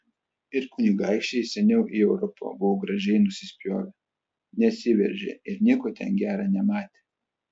ir kunigaikščiai seniau į europą buvo gražiai nusispjovę nesiveržė ir nieko ten gera nematė